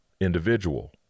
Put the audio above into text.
individual